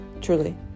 Truly